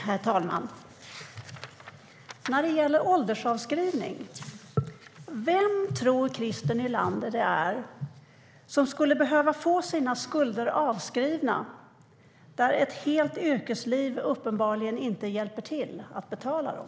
Herr talman! När det gäller åldersavskrivning, vem tror Christer Nylander skulle behöva få sina skulder avskrivna när ett helt yrkesliv uppenbarligen inte hjälper till att betala dem?